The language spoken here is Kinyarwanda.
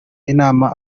inama